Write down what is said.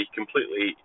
completely